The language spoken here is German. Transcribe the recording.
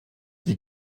die